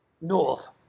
north